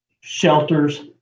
shelters